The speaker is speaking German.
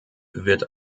wird